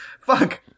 fuck